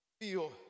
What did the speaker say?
feel